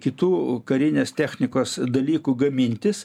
karinės technikos dalykų gamintis